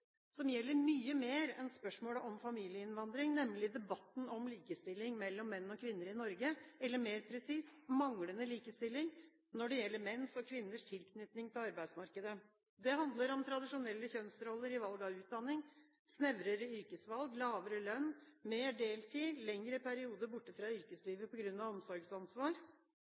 som gjelder mye mer enn spørsmålet om familieinnvandring, nemlig debatten om likestilling mellom menn og kvinner i Norge, eller mer presist: manglende likestilling når det gjelder menns og kvinners tilknytning til arbeidsmarkedet. Det handler om tradisjonelle kjønnsroller i valg av utdanning, snevrere yrkesvalg, lavere lønn, mer deltid og lengre perioder borte fra yrkeslivet på grunn av omsorgsansvar.